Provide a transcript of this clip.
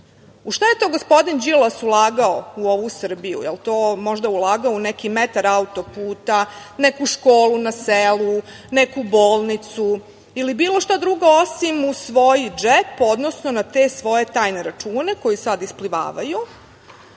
šta je to gospodin Đilas ulagao u ovu Srbiju? Jel to možda ulagao u neki metar autoputa, neku školu na selu, neku bolnicu ili bilo šta drugo osim u svoj džep, odnosno u te svoje tajne račune koji sada isplivavaju